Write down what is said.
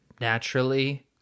naturally